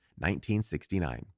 1969